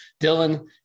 Dylan